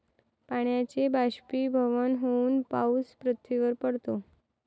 पाण्याचे बाष्पीभवन होऊन पाऊस पृथ्वीवर पडतो